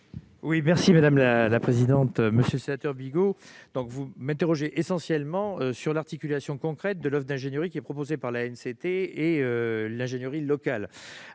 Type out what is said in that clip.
le secrétaire d'État. Monsieur le sénateur Bigot, vous m'interrogez essentiellement sur l'articulation concrète entre l'offre d'ingénierie proposée par l'ANCT et l'ingénierie locale.